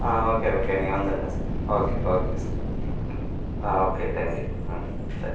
ஆ okay okay நீங்கள் வந்துவிடுங்க sir okay okay sir ஆ ஓகே தேங்க்யூ ம் சரி